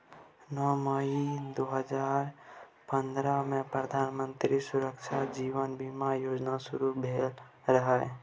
नौ मई दु हजार पंद्रहमे प्रधानमंत्री सुरक्षा जीबन बीमा योजना शुरू भेल रहय